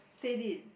said it